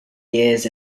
years